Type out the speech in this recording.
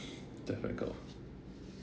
difficult